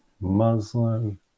Muslim